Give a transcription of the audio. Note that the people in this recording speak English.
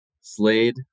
Slade